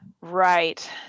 Right